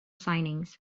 signings